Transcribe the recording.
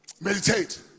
meditate